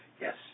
yes